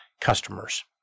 customers